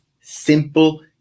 simple